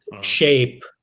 shape